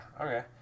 Okay